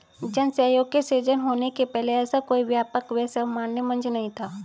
जन सहयोग के सृजन होने के पहले ऐसा कोई व्यापक व सर्वमान्य मंच नहीं था